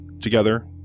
Together